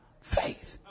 faith